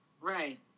Right